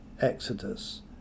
exodus